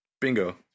Bingo